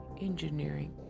engineering